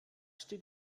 steht